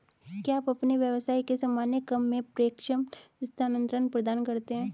क्या आप अपने व्यवसाय के सामान्य क्रम में प्रेषण स्थानान्तरण प्रदान करते हैं?